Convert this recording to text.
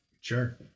Sure